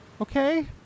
Okay